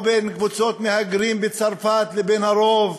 או בין קבוצות מהגרים בצרפת לבין הרוב.